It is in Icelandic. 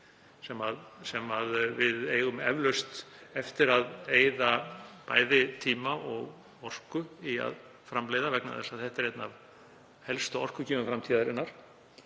sem við eigum eflaust eftir að eyða bæði tíma og orku í að framleiða, vegna þess að það er einn af helstu orkugjöfum framtíðarinnar,